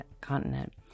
continent